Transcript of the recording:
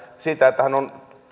siitä että hän on